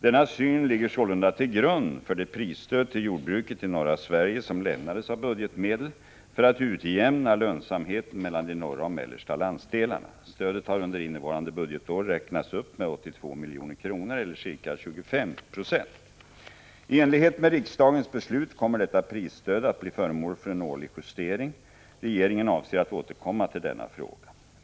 Denna syn ligger sålunda till grund för det prisstöd till jordbruket i norra Sverige som lämnas av budgetmedel för att utjämna lönsamheten mellan de norra och de mellersta landsdelarna. Stödet har under innevarande budgetår räknats upp med 82 milj.kr. eller ca 25 96. I enlighet med riksdagens beslut kommer detta prisstöd att bli föremål för en årlig justering. Regeringen avser att återkomma till denna fråga.